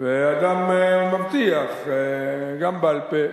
אדם מבטיח גם בעל-פה.